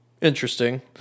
interesting